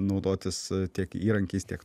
naudotis tiek įrankiais tiek